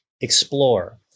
Explore